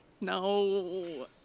No